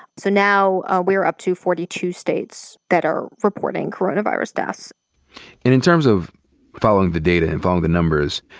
so now, ah we're up to forty two states that are reporting coronavirus deaths. and in terms of following the data and following the numbers,